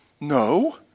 No